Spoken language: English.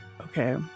Okay